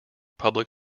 public